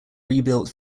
rebuilt